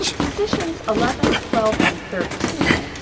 positions eleven, twelve, and thirteen,